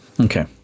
okay